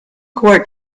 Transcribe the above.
court